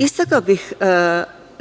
Istakla bih